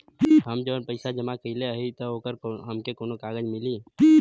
हम जवन पैसा जमा कइले हई त ओकर हमके कौनो कागज भी मिली?